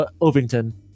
Ovington